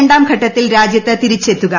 രണ്ടാംഘട്ടത്തിൽ രാജ്യത്ത് തിരിച്ചെത്തുക